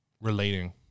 relating